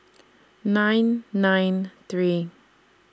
nine nine three